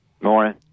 morning